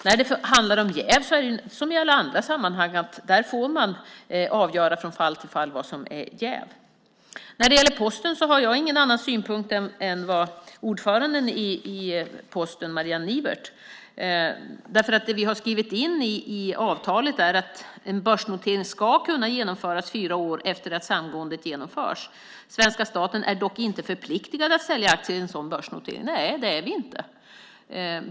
När det handlar om jäv är det som i alla andra sammanhang: Man får avgöra från fall till fall vad som är jäv. När det gäller Posten har jag ingen annan synpunkt än ordföranden i Posten, Marianne Nivert. Det vi har skrivit in i avtalet är nämligen att en börsnotering ska kunna genomföras fyra år efter det att samgåendet genomförts. Svenska staten är dock inte förpliktad att sälja aktier i en sådan börsnotering. Nej - det är vi inte.